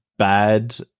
Bad